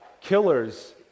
killers